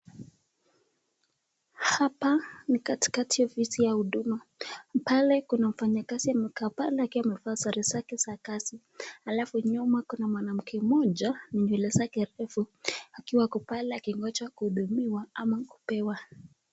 Hapa ni katikati ya viti ya hudama. Pale kuna mfanyakazi amekaa pale akiwa amevaa sare zake za kazi alafu nyuma kuna mwanamke mmoja nywele zake akiwa ako pale akingoja kuudumiwa ama akingoja kupewa.